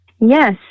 Yes